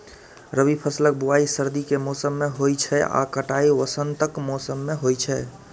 रबी फसलक बुआइ सर्दी के मौसम मे होइ छै आ कटाइ वसंतक मौसम मे होइ छै